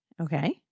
Okay